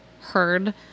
heard